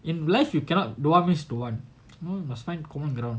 in life you cannot don't want means don't want you know must find common ground